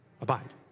Abide